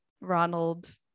Ronald